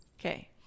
okay